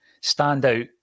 stand-out